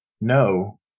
No